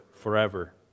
forever